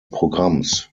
programms